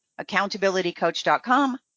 accountabilitycoach.com